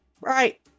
Right